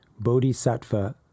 bodhisattva